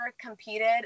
competed